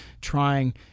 trying